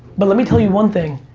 but let me tell you one thing,